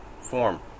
form